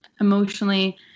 emotionally